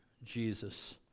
Jesus